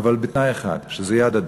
אבל בתנאי אחד: שזה יהיה הדדי.